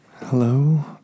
hello